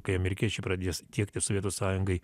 kai amerikiečiai pradės tiekti sovietų sąjungai